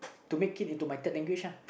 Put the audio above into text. to make it into my third language lah